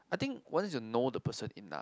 I think once you know the person enough